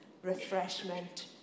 refreshment